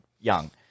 young